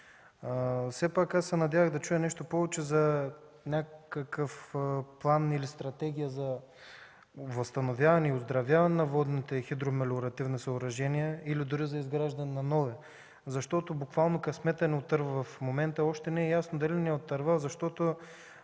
Все пак се надявах да чуя нещо повече за някакъв план или стратегия за възстановяване и отразяване на водните хидромелиоративни съоръжения или дори за изграждане на нови, защото буквално късметът ни отърва в момента. Но още не е ясно дали ни отърва, защото